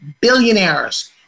billionaires